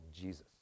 Jesus